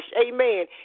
amen